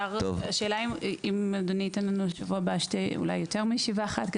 השאלה אם אדוני ייתן לנו בשבוע הבא אולי יותר מישיבה אחת,